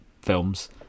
films